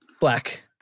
Black